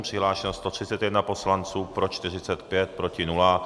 Přihlášen 131 poslanec, pro 45, proti nula.